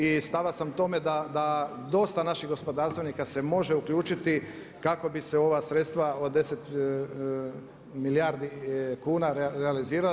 I stava sam tome da dosta naših gospodarstvenika se može uključiti kako bi se ova sredstva od 10 milijardi kuna realizirala.